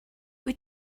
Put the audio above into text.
wyt